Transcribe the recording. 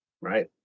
Right